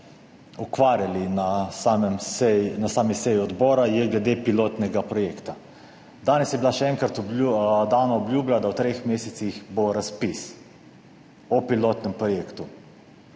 ukvarjali na sami seji odbora, je glede pilotnega projekta. Danes je bila še enkrat dana obljuba, da bo v treh mesecih razpis za pilotni projekt